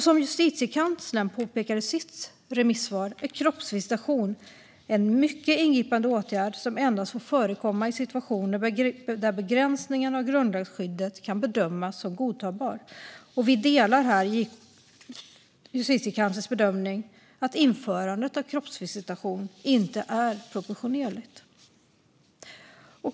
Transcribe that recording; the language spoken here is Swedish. Som Justitiekanslern påpekar i sitt remissvar är kroppsvisitation en mycket ingripande åtgärd som endast får förekomma i situationer där begränsningen av grundlagsskyddet kan bedömas som godtagbar. Vi delar här Justitiekanslerns bedömning att införandet av kroppsvisitation inte är proportionerligt.